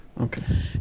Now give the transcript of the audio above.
Okay